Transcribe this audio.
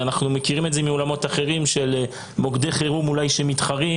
אנחנו מכירים את זה מעולמות אחרים של מוקדי חירום מתחרים.